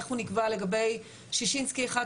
איך הוא נקבע לגבי שישינסקי 1,